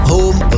Home